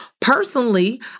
Personally